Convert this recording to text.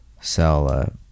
sell